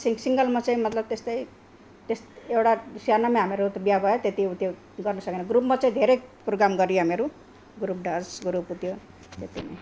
सिङ्गलमा चाहिँ मतलब त्यस्तै त्यस एउटा सानोमा हामीहरू बिहे भयो त्यति उत्यो गर्नु सकेन ग्रुपमा चाहिँ धेरै प्रोग्राम गऱ्यो हामीहरू ग्रुप डान्स ग्रुप ऊ त्यो त्यति नै हो